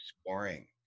Scoring